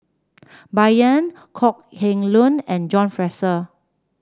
Bai Yan Kok Heng Leun and John Fraser